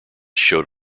showed